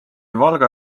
valga